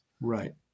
Right